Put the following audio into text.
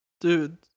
Dude